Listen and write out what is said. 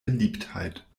beliebtheit